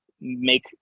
make